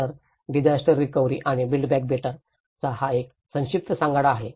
तर disaster recovery आणि build back better चा हा एक संक्षिप्त सांगाडा आहे